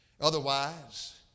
Otherwise